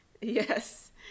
Yes